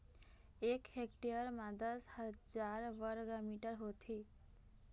एक हेक्टेयर म दस हजार वर्ग मीटर होथे